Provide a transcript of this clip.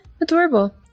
adorable